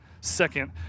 Second